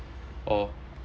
or